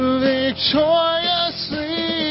victoriously